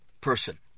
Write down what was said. person